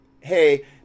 hey